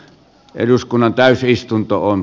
eduskunnan täysistuntoon